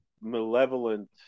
malevolent